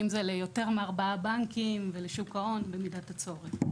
יותר מארבעה בנקים ושוק ההון במידת הצורך.